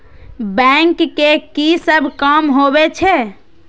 Bank के की सब काम होवे छे?